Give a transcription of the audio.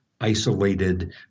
isolated